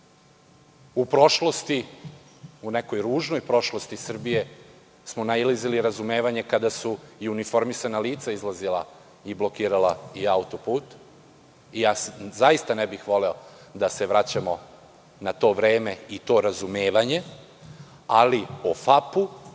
iskazuju. U nekoj ružnoj prošlosti Srbije smo nalazili razumevanje kada su i uniformisana lica izlazila i blokirala i autoput. Zaista ne bih voleo da se vraćamo na to vreme i to razumevanje, ali o FAP